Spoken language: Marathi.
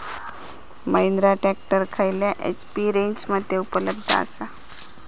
महिंद्रा ट्रॅक्टर खयल्या एच.पी रेंजमध्ये उपलब्ध आसा?